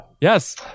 Yes